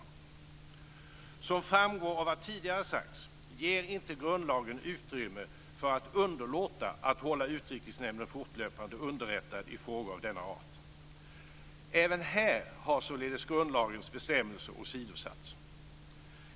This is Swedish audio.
Såsom framgår av vad tidigare sagts ger inte grundlagen utrymme för att underlåta att hålla Utrikesnämnden fortlöpande underrättad i frågor av denna art. Även här har således grundlagens bestämmelser åsidosatts.